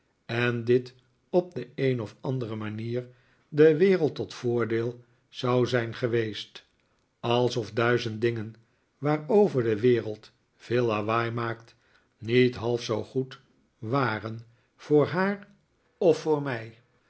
en dit op de een of andere manier de wereld tot voordeel zou zijn geweest alsof duizend dingen waarover de wereld veel lawaai maakt niet half zoo goed waren voor haar of voor mij